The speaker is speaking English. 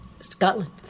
Scotland